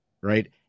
right